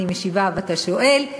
אני משיבה ואתה שואל,